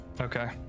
Okay